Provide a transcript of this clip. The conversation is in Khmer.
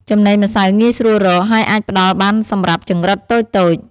ចំណីម្សៅងាយស្រួលរក ហើយអាចផ្តល់បានសម្រាប់ចង្រិតតូចៗ។